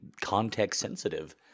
context-sensitive